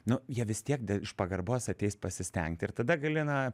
nu jie vis tiek iš pagarbos ateis pasistengt ir tada gali na